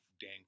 Dan